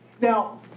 Now